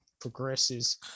Progresses